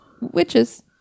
Witches